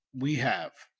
we have.